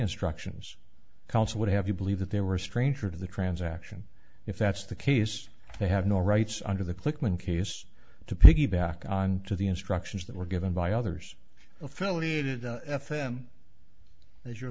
instructions counsel would have you believe that they were a stranger to the transaction if that's the case they have no rights under the click when case to piggyback on to the instructions that were given by others affiliated f m as your